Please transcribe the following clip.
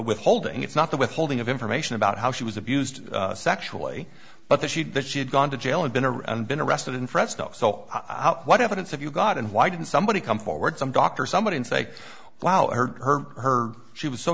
withholding it's not the withholding of information about how she was abused sexually but the sheet that she had gone to jail and been around been arrested in fresno so i what evidence have you got and why didn't somebody come forward some dr somebody and say wow i heard her her she was so